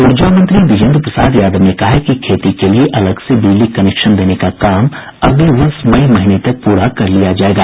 ऊर्जा मंत्री बिजेन्द्र प्रसाद यादव ने कहा है कि खेती के लिए अलग से बिजली कनेक्शन देने का काम अगले वर्ष मई महीने तक प्रा कर लिया जायेगा